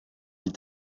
die